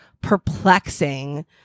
perplexing